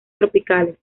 tropicales